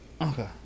Okay